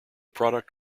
product